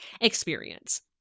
experience